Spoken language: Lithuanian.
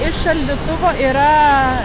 iš šaldytuvo yra